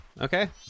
okay